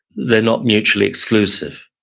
they're not mutually exclusive.